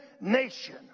nation